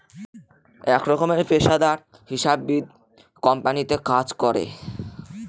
এক রকমের পেশাদার হিসাববিদ কোম্পানিতে কাজ করে